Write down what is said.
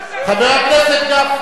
חבר הכנסת גפני.